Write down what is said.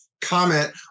comment